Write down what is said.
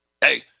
hey